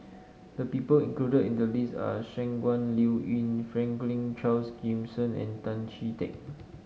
the people included in the list are Shangguan Liuyun Franklin Charles Gimson and Tan Chee Teck